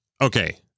Okay